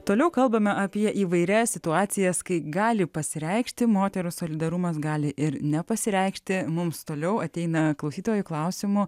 toliau kalbame apie įvairias situacijas kai gali pasireikšti moterų solidarumas gali ir nepasireikšti mums toliau ateina klausytojų klausimų